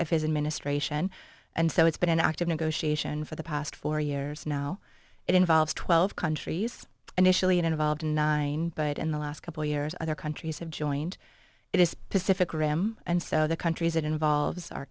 of his administration and so it's been an active negotiation for the past four years now it involves twelve countries initially it involved nine but in the last couple years other countries have joined it is pacific rim and so the countries it involves